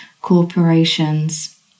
corporations